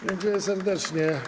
Dziękuję serdecznie.